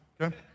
okay